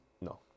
No